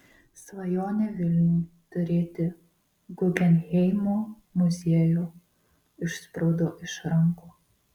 svajonė vilniui turėti guggenheimo muziejų išsprūdo iš rankų